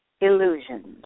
illusions